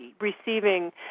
receiving